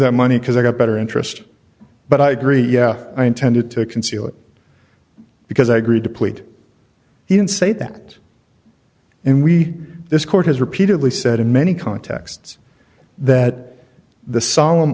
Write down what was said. that money because i got better interest but i agree yeah i intended to conceal it because i agree deplete he didn't say that and we this court has repeatedly said in many contexts that the solemn